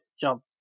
jump